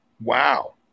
Wow